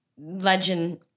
legend